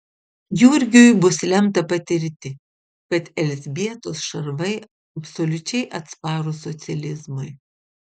jurgiui bus lemta patirti kad elzbietos šarvai absoliučiai atsparūs socializmui